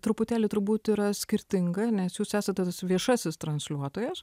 truputėlį turbūt yra skirtinga nes jūs esate tas viešasis transliuotojas